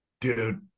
Dude